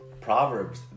proverbs